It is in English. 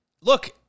look